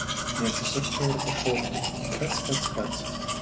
ji atsisuktų ir pašauktų kac kac kac